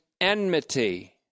enmity